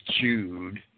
Jude